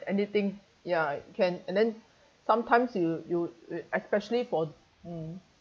anything ya can and then sometimes you you especially for mm